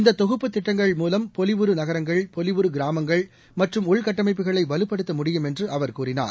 இந்தக் தொகுப்பு திட்டங்கள் மூலம் பொலிவுறு நகரங்கள் பொலிவுறு கிராமங்கள் மற்றும் உள்கட்டமைப்புகளை வலுப்படுத்த முடியும் என்று அவர் கூறினார்